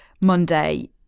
Monday